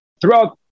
throughout